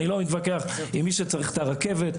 אני לא מתווכח עם מי שצריך את הרכבת,